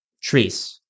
trees